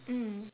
mm